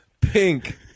Pink